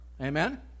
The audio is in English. Amen